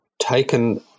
taken